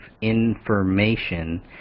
information